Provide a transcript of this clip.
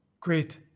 Great